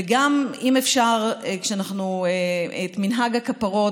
וגם, אם אפשר, את מנהג הכפרות.